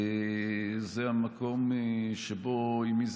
זה המקום שבו אימי,